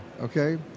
okay